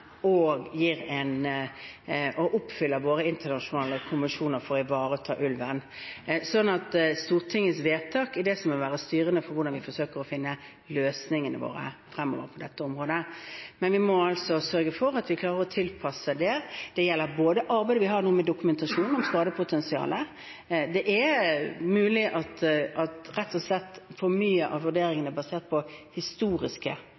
og oppfyller våre internasjonale konvensjoner for å ivareta ulven. Stortingets vedtak vil være styrende for hvordan vi forsøker å finne løsningene våre fremover på dette området, men vi må altså sørge for at vi klarer å tilpasse det. Det gjelder bl.a. arbeidet vi gjør med dokumentasjon om skadepotensialet. Det er mulig vurderingene rett og slett for mye er basert på historiske